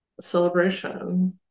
celebration